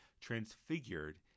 transfigured